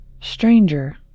Stranger